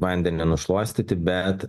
vandeniu nušluostyti bet